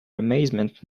amazement